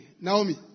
Naomi